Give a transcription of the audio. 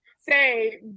say